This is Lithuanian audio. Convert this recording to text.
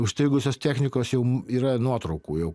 užstrigusios technikos jau yra nuotraukų